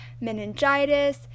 meningitis